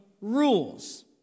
rules